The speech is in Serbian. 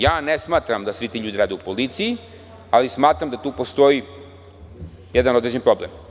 Ja ne smatram da svi ti ljudi rade u policiji, ali smatram da tu postoji jedan određen problem.